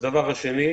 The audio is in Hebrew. דבר נוסף,